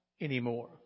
anymore